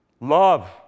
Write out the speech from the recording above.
love